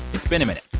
it's been a minute.